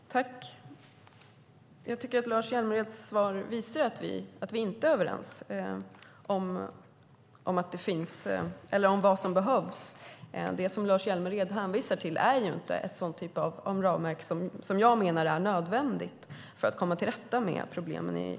Herr talman! Jag tycker att Lars Hjälmereds svar visar att vi inte är överens om vad som behövs. Det som Lars Hjälmered hänvisar till är inte den typ av ramverk som jag menar är nödvändigt för att komma till rätta klimatproblemen.